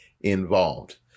involved